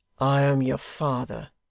i am your father